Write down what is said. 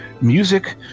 music